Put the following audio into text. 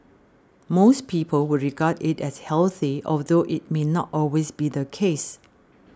most people would regard it as healthy although it may not always be the case